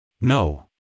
No